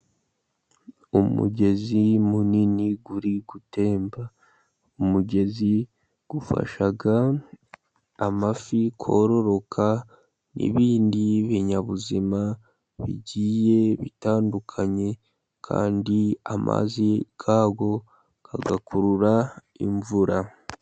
Umugezi munini uri gutemba, umugezi ufasha amafi kororoka n'ibindi binyabuzima bigiye bitandukanye, kandi amazi yawo akurura imvura.